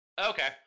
Okay